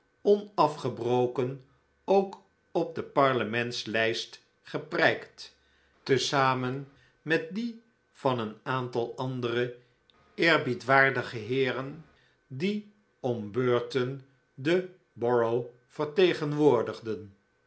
onafgebroken ook op de parlementslijst geprijkt te zamen met dien van een aantal oa oo oa oa oo andere eerbiedwaardige heeren die om beurten de borough vertegenwoordigden